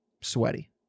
sweaty